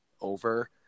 over